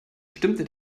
stimmte